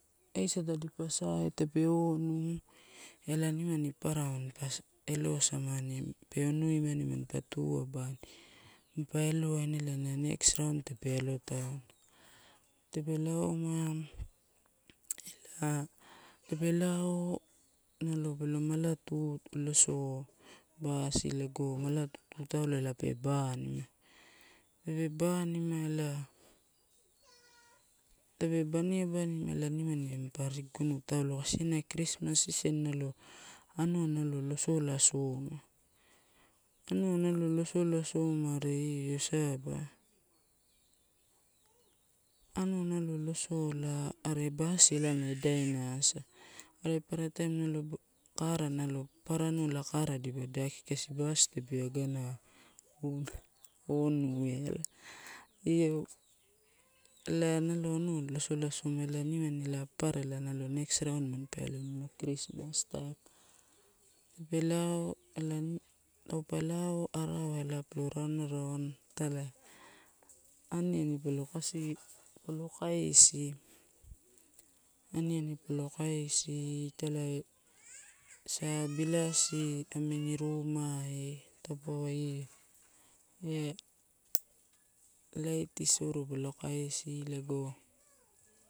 Heisa tadipa sae, tape onu, ela nimani papara manpa eloisamani peonuimani manpa tu abani, manpa elowaina ela ana next raun tape alo tauna. Tape lauma ah tape lao nalo pe lo matu toso basi lago mala tutu taulo pelo banima. Tape banima elae nimani pani arigugunu taulo kasi ela na krismas season nalo anua nalo losola soma. Anua nalo losalasoma rae io saba anua na, io losola are basi na idai na sa, are papara taim alo kara nalo, papara anua kara nalo dipa lo elaki kasi busi kasi tape wagana onuela. Io ela nalo anua losolasoma ela nimani papara next round manpa tape lao ela nim, taupe lao palo raunraun itali, ani ani palo kasi, palo kaisi, itali sa bilasi amini rumai taupauwa io ela laiti soro palo kaisi lago.